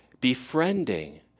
befriending